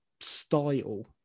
style